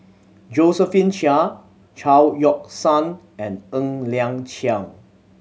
Josephine Chia Chao Yoke San and Ng Liang Chiang